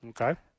Okay